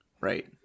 Right